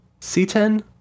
C10